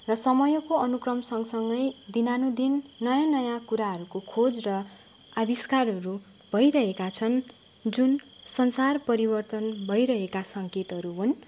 र समयको अनुक्रम सँग सँगै दिनानुदिन नयाँ नयाँ कुराहरूको खोज र आविष्कारहरू भइरहेका छन् जुन संसार परिवर्तन भइरहेका सङ्केतहरू हुन्